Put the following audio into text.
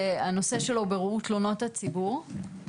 שהנושא שלו הוא בירור תלונות הציבור.